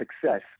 success